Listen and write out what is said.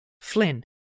Flynn